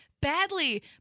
badly